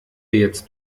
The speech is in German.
jetzt